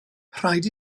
rhaid